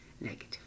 negative